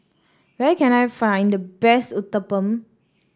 where can I find the best Uthapam